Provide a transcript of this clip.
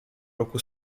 roku